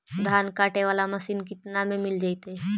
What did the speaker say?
धान काटे वाला मशीन केतना में मिल जैतै?